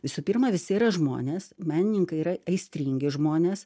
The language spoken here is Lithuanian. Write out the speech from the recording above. visų pirma visi yra žmonės menininkai yra aistringi žmonės